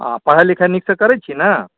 आ पढ़ाइ लिखाइ नीकसँ करै छी ने